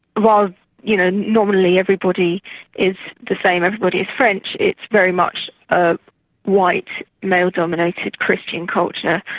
while you know and nominally everybody is the same, everybody is french, it's very much a white male-dominated christian culture.